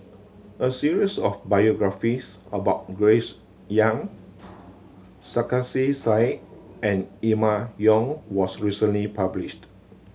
a series of biographies about Grace Young Sarkasi Said and Emma Yong was recently published